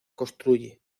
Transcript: construye